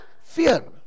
Fear